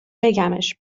بگمش